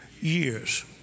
years